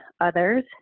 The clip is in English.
others